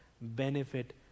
benefit